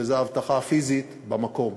וזה האבטחה הפיזית במקום.